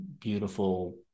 beautiful